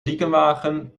ziekenwagen